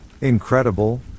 Incredible